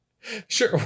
Sure